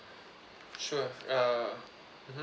sure uh mmhmm